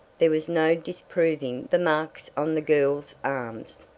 there was no disproving the marks on the girl's arms,